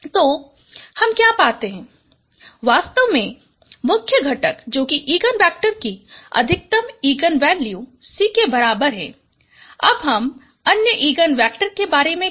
तो हम क्या पाते हैं वास्तव में मुख्य घटक जो कि इगन वेक्टर की अधिकतम इगन वैल्यू C के बराबर है अब अन्य इगन वेक्टर के बारे में क्या